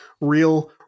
real